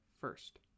first